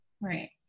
Right